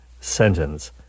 sentence